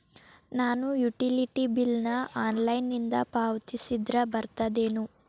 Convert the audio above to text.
ನಾನು utility bill ನ ಆನ್ಲೈನಿಂದ ಪಾವತಿಸಿದ್ರ ಬರ್ತದೇನು?